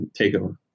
TakeOver